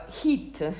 heat